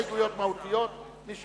ההסתייגות הראשונה היא לגבי סעיף קטן (ב).